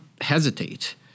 hesitate